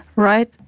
Right